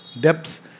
depths